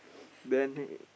then he